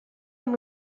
amb